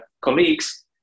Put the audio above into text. colleagues